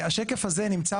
זה דוגמא